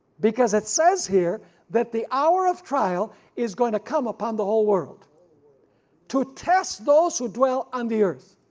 because it says here that the hour of trial is going to come upon the whole world to test those who dwell on the earth.